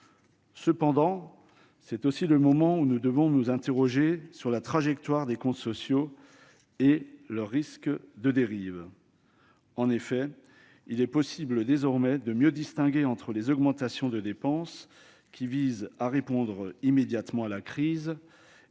et c'est aussi le moment où nous devons nous interroger sur la trajectoire des comptes sociaux et leurs risques de dérives. En effet, il est possible désormais de mieux distinguer entre les augmentations de dépenses, qui visent à répondre immédiatement à la crise,